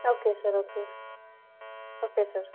okay sir okay okay sir